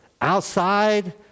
Outside